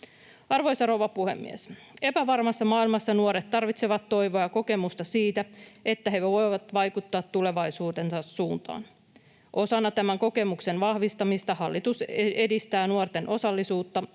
Arvoisa rouva puhemies! Epävarmassa maailmassa nuoret tarvitsevat toivoa ja kokemusta siitä, että he voivat vaikuttaa tulevaisuutensa suuntaan. Osana tämän kokemuksen vahvistamista hallitus edistää nuorten osallisuutta